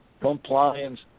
compliance